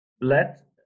let